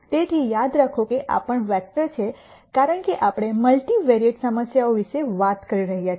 તેથી યાદ રાખો કે આ પણ વેક્ટર છે કારણ કે આપણે મલ્ટિવેરિએંટ સમસ્યાઓ વિશે વાત કરી રહ્યા છીએ